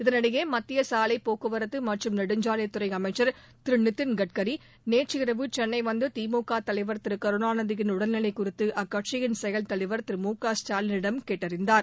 இதனிடையே மத்திய சாலைப்போக்குவரத்து மற்றும் நெடுஞ்சாலைத் துறை அமைச்சா் திரு நிதின் கட்கரி நேற்றிரவு சென்னை வந்து திமுக தலைவர் திரு கருணாநிதியின் உடல்நிலை குறித்து அக்கட்சியின் செயல்தலைவர் திரு மு க ஸ்டாலினிடம் கேட்டறிந்தார்